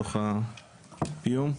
לתוך הפיום,